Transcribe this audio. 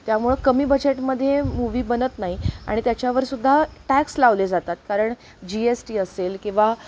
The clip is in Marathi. त्यामुळं कमी बजेटमध्ये मूवी बनत नाही आणि त्याच्यावरसुद्धा टॅक्स लावले जातात कारण जी एस टी असेल किंवा